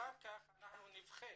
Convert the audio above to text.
אחר כך אנחנו נבכה.